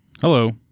hello